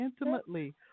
intimately